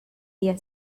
día